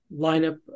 lineup